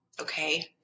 Okay